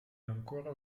ancora